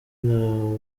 nta